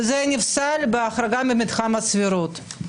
זה נפסל בהחרגה ממתחם הסבירות.